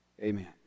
Amen